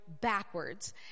backwards